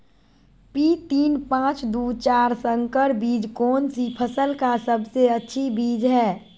P तीन पांच दू चार संकर बीज कौन सी फसल का सबसे अच्छी बीज है?